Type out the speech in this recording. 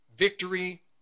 Victory